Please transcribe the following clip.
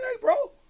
bro